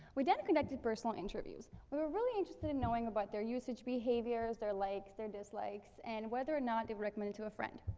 we then conducted personal interviews. we were really interested in knowing about their usage behaviours, their likes, their dislikes, and whether or not they'd recommend it to a friend.